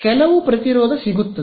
ಕೆಲವು ಪ್ರತಿರೋಧ ಸಿಗುತ್ತದೆ